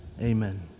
Amen